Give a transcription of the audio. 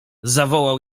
zawołał